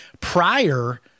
prior